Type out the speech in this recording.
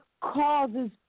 causes